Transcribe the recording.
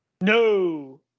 no